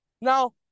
Now